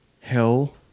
hell